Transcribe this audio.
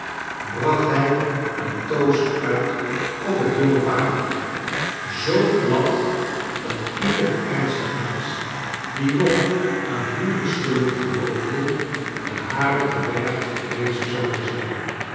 bracht hij een toost uit op het jonge paar zoo plat dat ieder ernstig mensch die nog aan huwelijksgeluk geloofde de haren te berge gerezen zouden zijn